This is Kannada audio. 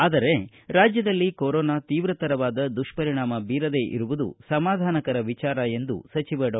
ಆದರೆ ರಾಜ್ಯದಲ್ಲಿ ಕೊರೊನಾ ತೀವ್ರತರವಾದ ದುಷ್ಷರಿಣಾಮ ಬೀರದೆ ಇರುವುದು ಸಮಾಧಾನಕರ ವಿಚಾರ ಎಂದು ಸಚಿವ ಡಾ